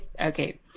Okay